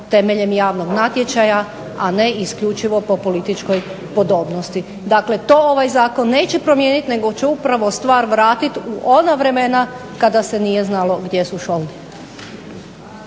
temeljem javnog natječaja a ne isključivo po političkoj podobnosti. Dakle, to ovaj Zakon neće promijeniti nego će upravo stvar vratiti u ona vremena kada se nije znalo gdje su šoldi.